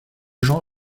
gens